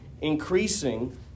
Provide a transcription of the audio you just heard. increasing